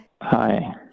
Hi